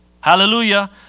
Hallelujah